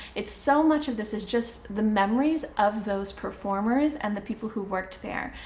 it's. so much of this is just the memories of those performers and the people who worked there.